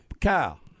Kyle